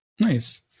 Nice